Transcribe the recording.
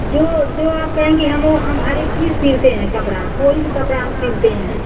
जो जो आप कहेंगी हम ओ हम हर एक चीज सिलते हैं कपड़ा कोई भी कपड़ा हम सिलते हैं